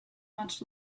much